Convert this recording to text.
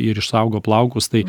ir išsaugo plaukus tai